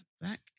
back